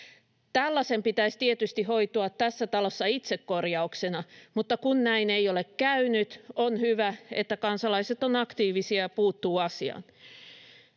Tällaisen pitäisi tietysti hoitua tässä talossa itsekorjauksena, mutta kun näin ei ole käynyt, on hyvä, että kansalaiset ovat aktiivisia ja puuttuvat asiaan.